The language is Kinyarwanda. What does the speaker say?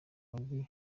mujyi